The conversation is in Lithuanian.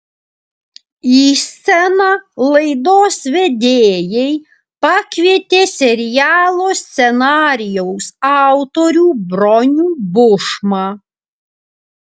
į sceną laidos vedėjai pakvietė serialo scenarijaus autorių bronių bušmą